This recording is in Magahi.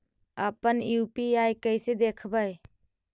अपन यु.पी.आई कैसे देखबै?